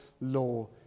law